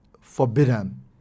forbidden